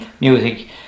music